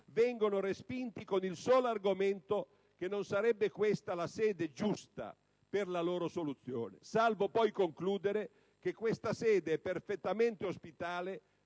vengono respinti con il solo argomento che non sarebbe questa la sede giusta per la loro soluzione, salvo poi concludere che questa sede è perfettamente ospitale